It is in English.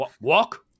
walk